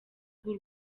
bw’u